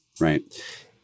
right